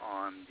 on